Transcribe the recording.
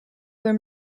their